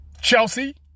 Chelsea